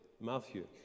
Matthew